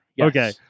okay